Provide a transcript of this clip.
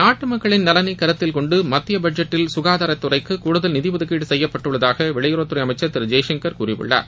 நாட்டு மக்களின் நலனை கருத்தில் கொண்டு மத்திய பட்ஜெட்டில் ககாதாரத்துறைக்கு கூடுதல் நிதி ஒதுக்கீடு செய்யப்பட்டுள்ளதாக வெளியுறவுத்துறை அமைச்சர் திரு ஜெய்சங்கர் கூறியுள்ளார்